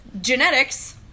genetics